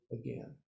again